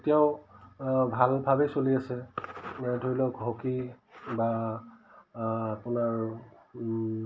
এতিয়াও ভাল ভাৱেই চলি আছে ধৰি লওক হকী বা আপোনাৰ